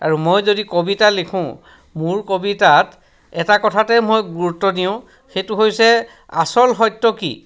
আৰু মই যদি কবিতা লিখোঁ মোৰ কবিতাত এটা কথাতেই মই গুৰুত্ব দিওঁ সেইটো হৈছে আচল সত্য কি